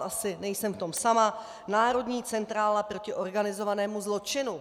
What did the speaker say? Asi v tom nejsem sama Národní centrála proti organizovanému zločinu.